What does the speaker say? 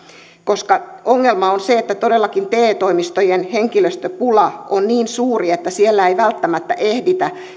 koska ongelma on se että todellakin te toimistojen henkilöstöpula on niin suuri että siellä ei välttämättä ehditä